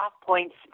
points